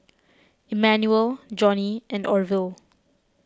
Immanuel Johnny and Orvil